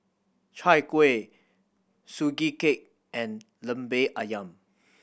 Chai Kueh Sugee Cake and Lemper Ayam